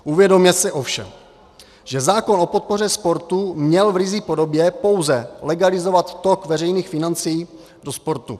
Uvědomme si ovšem, že zákon o podpoře sportu měl v ryzí podobě pouze legalizovat tok veřejných financí do sportu.